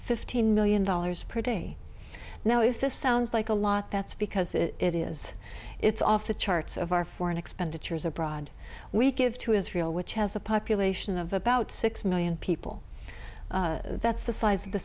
fifteen million dollars per day now if this sounds like a lot that's because it is it's off the charts of our foreign expenditures abroad we give to israel which has a population of about six million people that's the size of the